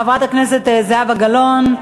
חברת הכנסת זהבה גלאון,